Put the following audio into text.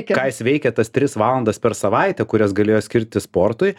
ką jis veikė tas tris valandas per savaitę kurias galėjo skirti sportui